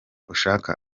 ushaka